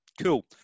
cool